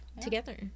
together